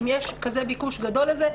אם יש כזה ביקוש גדול לזה,